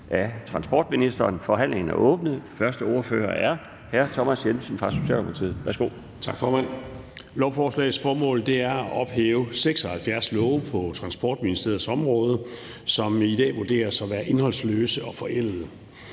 Laustsen): Forhandlingen er åbnet. Første ordfører er hr. Thomas Jensen fra Socialdemokratiet. Værsgo. Kl. 13:30 (Ordfører) Thomas Jensen (S): Tak, formand. Lovforslagets formål er at ophæve 76 love på Transportministeriets område, som i dag vurderes at være indholdsløse og forældede.